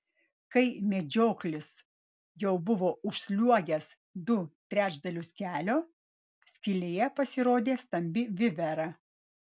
kai medžioklis jau buvo užsliuogęs du trečdalius kelio skylėje pasirodė stambi vivera